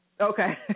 Okay